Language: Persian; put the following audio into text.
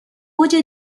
اوج